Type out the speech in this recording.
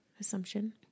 assumption